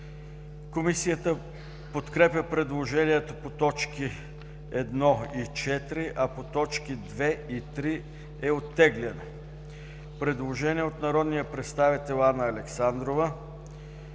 Комисията подкрепя предложението по т. 1 и 4, а по т. 2 и 3 е оттеглено. Предложение от народния представител Анна Александрова.